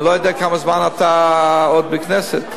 אני לא יודע כמה זמן אתה עוד בכנסת.